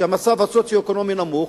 שהמצב הסוציו-אקונומי שלהן נמוך,